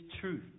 truth